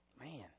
man